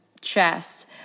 chest